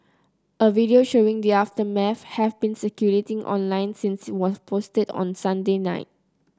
a video showing the aftermath has been circulating online since it was posted on Sunday night